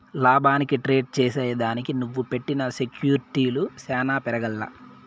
లాభానికి ట్రేడ్ చేసిదానికి నువ్వు పెట్టిన సెక్యూర్టీలు సాన పెరగాల్ల